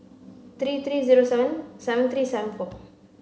three three zero seven seven three seven four